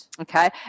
Okay